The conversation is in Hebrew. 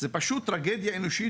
זאת פשוט טרגדיה אנושית,